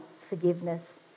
forgiveness